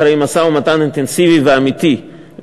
אחרי משא-ומתן אינטנסיבי ואמיתי,